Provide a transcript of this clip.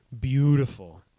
beautiful